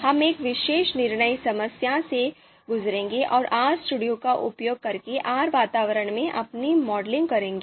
हम एक विशेष निर्णय समस्या से गुजरेंगे और RStudio का उपयोग करके R वातावरण में अपनी मॉडलिंग करेंगे